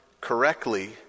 correctly